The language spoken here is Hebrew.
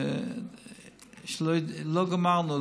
שלא גמרנו.